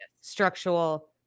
structural